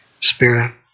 spirit